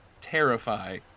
terrify